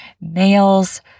males